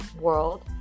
world